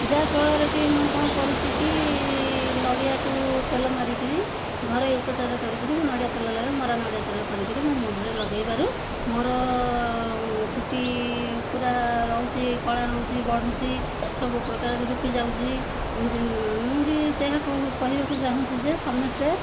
ଯାହାଫଳରେ କି ମୁଁ କ'ଣ କରୁଛି କି ନଡ଼ିଆକୁ ତେଲ ମାରିକିରି ଘରୋଇ ଉପଚାରରେ କରିକିରି ମୁଁ ନଡ଼ିଆ ତେଲ ଲଗେଇ ମରା ନଡ଼ିଆ ତେଲ କରିକିରି ମୁଁ ମୁଣ୍ଡରେ ଲଗେଇବାରୁ ମୋର ଚୁଟି ପୂରା ରହୁଛି କଳା ହଉଛି ବଢ଼ୁଛି ସବୁ ପ୍ରକାର ରୁପି ଯାଉଛି ମୁଁ ବି ସେୟାକୁ କହିବାକୁ ଚାହୁଁଛି ଯେ ସମସ୍ତେ